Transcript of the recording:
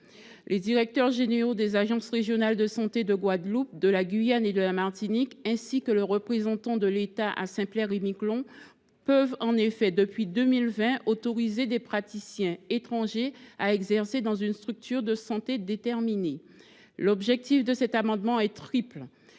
Les directeurs généraux des agences régionales de santé de la Guadeloupe, de la Guyane et de la Martinique, ainsi que le représentant de l’État à Saint Pierre et Miquelon, peuvent en effet, depuis 2020, autoriser des praticiens étrangers à exercer dans une structure de santé déterminée. L’objet de cet amendement est triple.